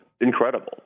incredible